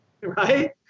right